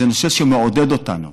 זה נושא שמעודד אותנו.